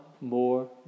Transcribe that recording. more